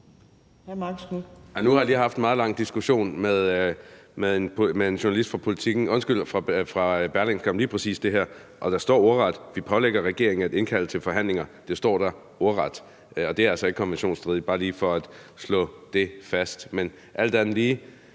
Nu har jeg lige haft en meget lang diskussion med en journalist fra Berlinske om lige præcis det her. Og der står ordret: Vi pålægger regeringen at indkalde til forhandlinger. Det står der ordret. Det er altså ikke konventionsstridigt, bare lige for at slå det fast. Men alt andet lige